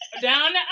down